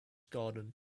garden